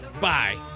bye